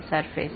மாணவர் சர்பேஸ்